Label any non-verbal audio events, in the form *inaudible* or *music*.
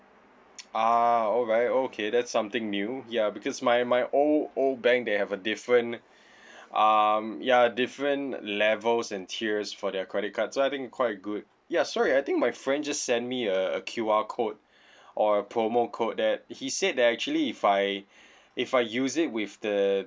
*noise* ah alright okay that's something new ya because my my old old bank they have a different um ya different levels and tiers for their credit card so I think quite good ya sorry I think my friend just send me a a Q_R code or a promo code that he said that actually if I if I use it with the